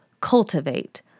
cultivate